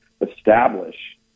establish